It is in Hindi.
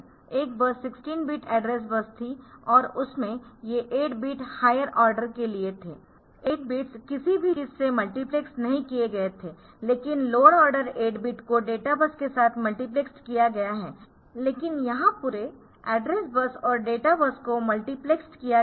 एक बस 16 बिट एड्रेस बस थी और उसमें से 8 बिट्स हायर ऑर्डर के लिए थे 8 बिट्स किसी भी चीज़ से मल्टीप्लेसड नहीं किए गए थे लेकिन लोअर ऑर्डर 8 बिट को डेटा बस के साथ मल्टीप्लेसड किया गया है लेकिन यहां पूरे एड्रेस बस और डेटा बस को मल्टीप्लेसड किया गया है